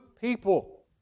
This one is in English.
people